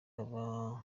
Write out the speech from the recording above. aba